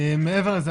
מעבר לזה,